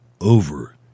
over